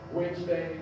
Wednesday